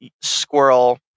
squirrel